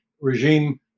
regime